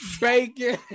bacon